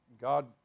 God